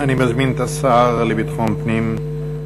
אני מזמין את השר לביטחון פנים,